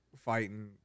fighting